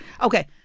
okay